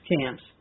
camps